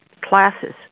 classes